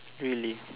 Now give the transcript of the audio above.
really